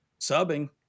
subbing